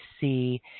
see